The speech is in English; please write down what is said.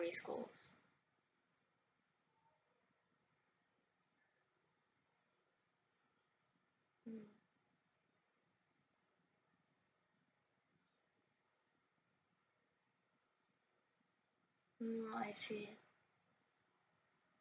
schools